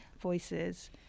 voices